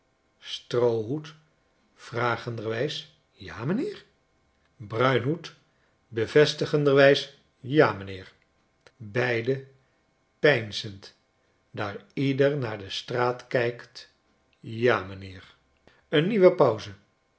stroohoed vragenderwijs ja m'nheer bruinhoed bevestigenderwijs ja m'nheer beiden peinzend daar ieder naar de straat kijkt ja m'nheer een nieuwe pauze